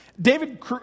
David